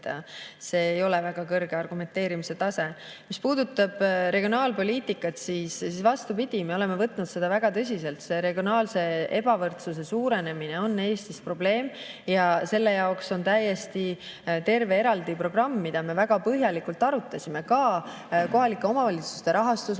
see ei ole väga kõrge argumenteerimise tase. Mis puudutab regionaalpoliitikat, siis vastupidi, me oleme võtnud seda väga tõsiselt. Regionaalse ebavõrdsuse suurenemine on Eestis probleem ja selle jaoks on terve eraldi programm, mida me väga põhjalikult arutasime. Ka kohalike omavalitsuste rahastusmudeli